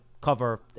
cover